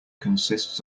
consists